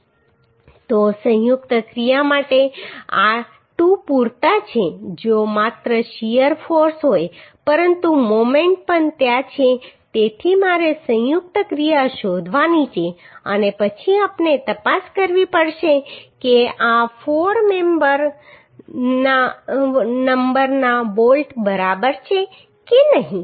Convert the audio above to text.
તો સંયુક્ત ક્રિયા માટે આ 2 પૂરતા છે જો માત્ર શીયર ફોર્સ હોય પરંતુ મોમેન્ટ પણ ત્યાં છે તેથી મારે સંયુક્ત ક્રિયા શોધવાની છે અને પછી આપણે તપાસ કરવી પડશે કે આ 4 નંબરના બોલ્ટ બરાબર છે કે નહીં